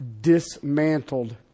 dismantled